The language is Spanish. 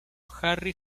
harry